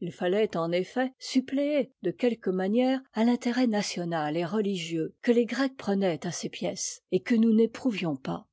il fallait en effet suppléer de quelque manière à l'intérêt national et retigieuxque tes grecs prenaient à ces pièces et que nous'n'éprouvions pas